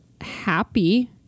happy